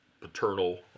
paternal